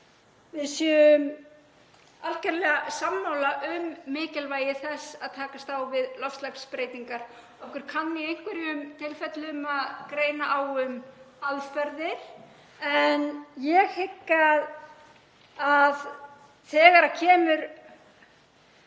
við séum algjörlega sammála um mikilvægi þess að takast á við loftslagsbreytingar. Okkur kann í einhverjum tilfellum að greina á um aðferðir en ég hygg að þegar kemur